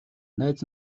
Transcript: найз